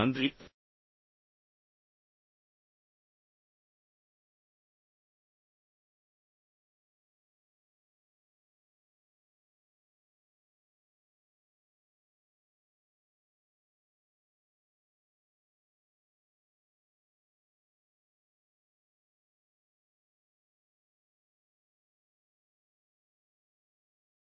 thanks